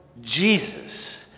Jesus